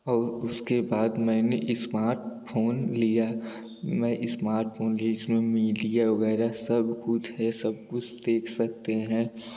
और उसके बाद मैंने इस्मार्ट फ़ोन लिया मैं इस्मार्ट फ़ोन लिया जिसमें मीडिया वगैरह सब कुछ है सब कुछ देख सकते हैं